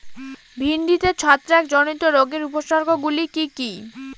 ভিন্ডিতে ছত্রাক জনিত রোগের উপসর্গ গুলি কি কী?